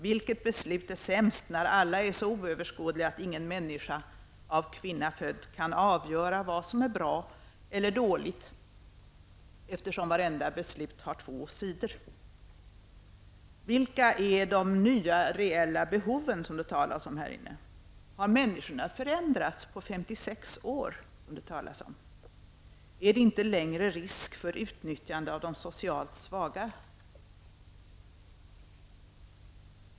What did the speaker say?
Vilket beslut är sämst när alla är så oöverskådliga att ingen människa av kvinna född kan avgöra vad som är bra eller dåligt, eftersom vartenda beslut har två sidor? Vilka är de nya reella behoven som det talas om? Har människor förändrats på 56 år? Är det inte längre risk för utnyttjande av de socialt svaga?